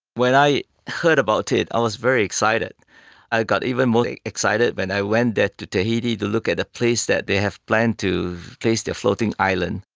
when i heard about it i was very excited. i got even more excited when i went there to tahiti to look at a place that they have planned to place the floating island.